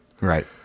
Right